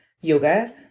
yoga